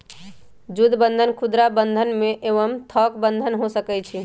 जुद्ध बन्धन खुदरा बंधन एवं थोक बन्धन हो सकइ छइ